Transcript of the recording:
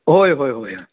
होय होय होय